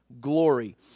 glory